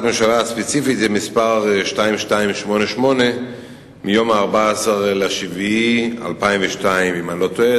ממשלה ספציפית מס' 2288 מיום 14 ביולי 2002. אם אני לא טועה,